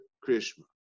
Krishna